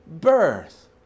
birth